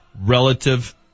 Relative